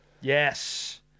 yes